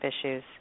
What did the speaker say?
issues